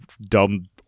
dumb